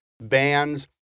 bands